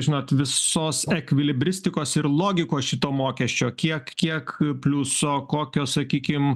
žinot visos ekvilibristikos ir logikos šito mokesčio kiek kiek pliuso kokio sakykim